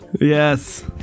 Yes